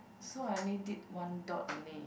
so I only did one dot only